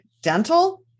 dental